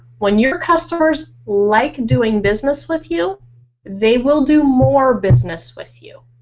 when your customers like doing business with you they will do more business with you.